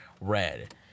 red